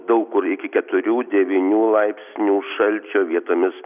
daug kur iki keturių devynių laipsnių šalčio vietomis